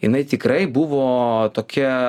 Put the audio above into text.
jinai tikrai buvo tokia